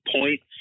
points